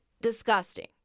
disgusting